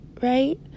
right